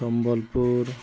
Sambalpur